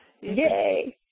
Yay